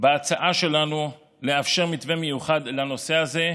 בהצעה שלנו לאפשר מתווה מיוחד לנושא הזה,